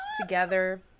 together